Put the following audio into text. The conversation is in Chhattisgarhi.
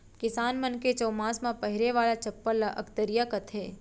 किसान मन के चउमास म पहिरे वाला चप्पल ल अकतरिया कथें